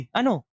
ano